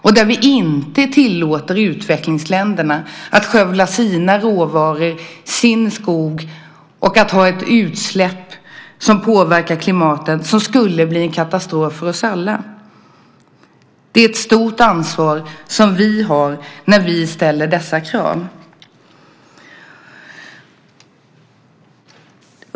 Men vi tillåter inte utvecklingsländerna att skövla sina råvaror och sin skog och att ha utsläpp som påverkar klimatet och som skulle leda till en katastrof för oss alla. Det är ett stort ansvar som vi har när vi ställer dessa krav.